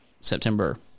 september